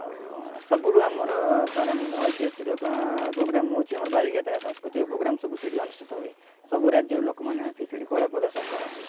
ଆଉ ସବୁଠୁ ଆମର ଐତିହାସିକ ପ୍ରୋଗ୍ରାମ୍ ହେଉଛି ଆମର ବାଲିଯାତ୍ରା ସାଂସ୍କୃତିକ ପ୍ରୋଗ୍ରାମ୍ ସବୁ ସେଇଠି ଅନୁଷ୍ଠିତ ହୁଏ ସବୁ ରାଜ୍ୟରେ ଲୋକମାନେ ଆସି ସେଇଠି କଳା ପ୍ରଦର୍ଶନ କରନ୍ତି